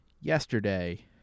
yesterday